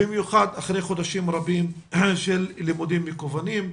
במיוחד אחרי חודשים רבים של לימודים מקוונים.